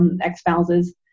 ex-spouses